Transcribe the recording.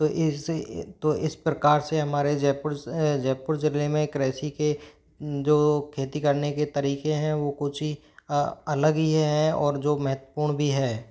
तो इस तो इस प्रकार से हमारे जयपुर जयपुर ज़िले में हमारे कृषि के जो खेती करने के तरीक़े हैं वो कुछ ही अलग ही हैं और जो महत्वपूर्ण भी हैं